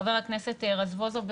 חבר הכנסת רזבוזוב,